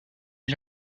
est